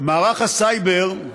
מערך הסייבר,